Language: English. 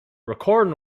recording